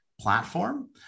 platform